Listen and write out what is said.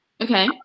Okay